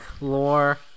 lore